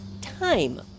time